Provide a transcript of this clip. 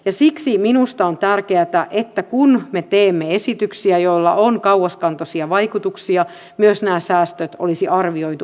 siksi minusta on tärkeätä että kun me teemme esityksiä joilla on kauaskantoisia vaikutuksia myös nämä säästöt olisi arvioitu oikein